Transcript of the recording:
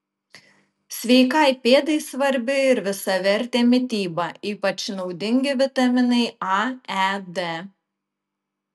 sveikai pėdai svarbi ir visavertė mityba ypač naudingi vitaminai a e d